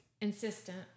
insistent